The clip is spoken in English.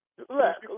Look